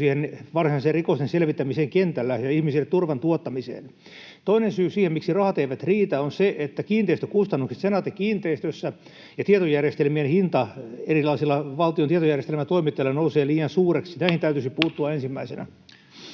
siihen varsinaiseen rikosten selvittämiseen kentällä ja turvan tuottamiseen ihmisille? Toinen syy siihen, miksi rahat eivät riitä, on se, että kiinteistökustannukset Senaatti-kiinteistöissä ja tietojärjestelmien hinnat erilaisilla valtion tietojärjestelmätoimittajilla nousevat liian suuriksi. Näihin täytyisi puuttua ensimmäisenä.